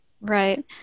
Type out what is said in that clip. Right